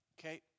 Okay